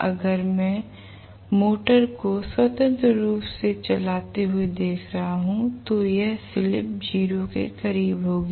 अगर मैं मोटर को स्वतंत्र रूप से चलाते हुए देख रहा हूं तो यह स्लिप 0 के करीब होगी